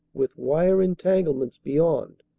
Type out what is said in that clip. with wire entanglements beyond,